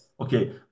Okay